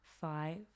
five